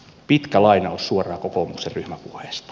pitkä lainaus suoraan kokoomuksen ryhmäpuheesta